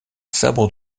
sabre